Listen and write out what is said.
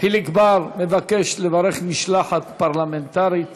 חיליק בר מבקש לברך משלחת פרלמנטרית